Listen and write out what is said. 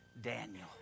Daniel